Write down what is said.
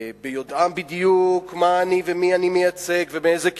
וביודעם בדיוק מה אני ומי אני מייצג ובאיזה כיוון,